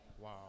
Wow